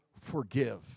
forgive